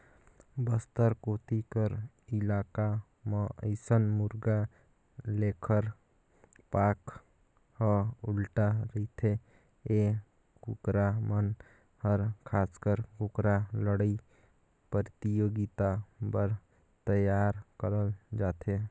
बस्तर कोती कर इलाका म अइसन मुरगा लेखर पांख ह उल्टा रहिथे ए कुकरा मन हर खासकर कुकरा लड़ई परतियोगिता बर तइयार करल जाथे